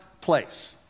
place